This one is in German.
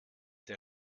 der